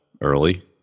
early